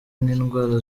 n’indwara